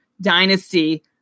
dynasty